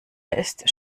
ist